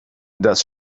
das